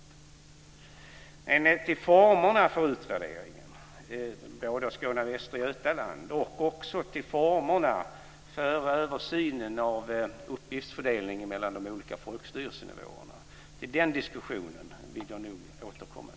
Beträffande formerna för utvärderingen i Skåne och Västra Götaland och formerna för översynen av uppgiftsfördelningen mellan de olika folkstyrelsenivåerna så får jag återkomma till den diskussionen.